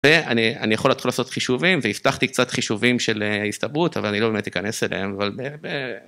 ואני יכול לתחול לעשות חישובים והפתחתי קצת חישובים של הסתברות אבל אני לא באמת אכנס אליהם אבל.